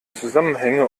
zusammenhänge